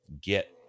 get